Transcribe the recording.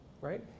right